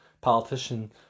politician